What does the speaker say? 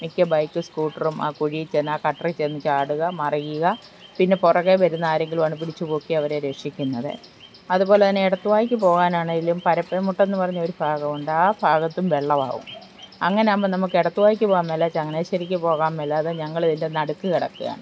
മിക്ക ബൈക്കും സ്കൂട്ടറും ആ കുഴിയിൽ ചെന്ന് ആ ഗട്ടറിൽ ചെന്നു ചാടുക മറിയുക പിന്നെ പുറകെ വരുന്ന ആരെങ്കിലും ആണ് പിടിച്ചു പൊക്കി അവരെ രക്ഷിക്കുന്നത് അതുപോലെ തന്നെ എടുത്തുവായിക്ക് പോകാനാണെങ്കിലും പരപ്രംമുട്ടം എന്നു പറഞ്ഞൊരു ഭാഗമുണ്ട് ആ ഭാഗത്തും വെള്ളം ആകും അങ്ങനെ ആകുമ്പോൾ നമുക്ക് എടുത്തുവായിക്ക് പോകാൻ മേല ചങ്ങനാശ്ശേരിക്കു പോകാൻ മേലാതെ ഞങ്ങളിതിൻ്റെ നടുക്കു കിടക്കുകയാ ണ